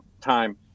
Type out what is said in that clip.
time